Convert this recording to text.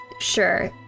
sure